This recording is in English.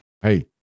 Hey